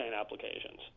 applications